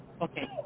Okay